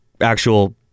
actual